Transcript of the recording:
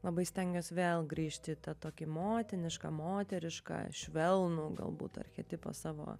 labai stengiuosi vėl grįžti į tą tokį motinišką moterišką švelnų galbūt archetipą savo